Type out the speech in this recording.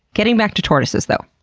getting back to tortoises though.